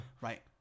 right